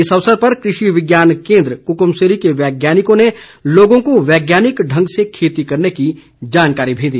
इस अवसर पर कृषि विज्ञान केन्द्र कुकुमसेरी के वैज्ञानिकों ने लोगों को वैज्ञानिक ढंग से खेती करने की जानकारी भी दी